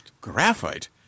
Graphite